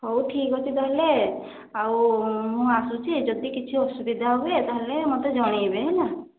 ହଉ ଠିକ ଅଛି ତାହାଲେ ଆଉ ମୁଁ ଆସୁଛି ଯଦି କିଛି ଅସୁବିଧା ହୁଏ ତାହାଲେ ମତେ ଜଣାଇବେ ହେଲା